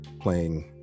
playing